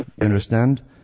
understand